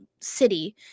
city